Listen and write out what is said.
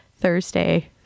Thursday